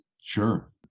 Sure